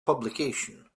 publication